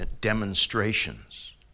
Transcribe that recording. demonstrations